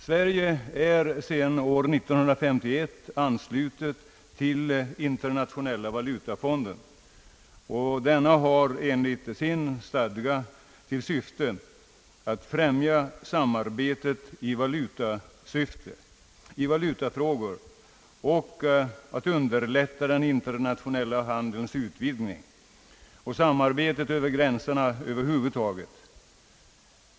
Sverige är sedan år 1951 anslutet till Internationella valutafonder som enligt sin stadga har till syfte att främja samarbetet i valutafrågor och att underlätta den internationella handelns utvidgning och ett samarbete över gränserna över huvud taget.